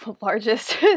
largest